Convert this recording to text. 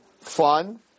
Fun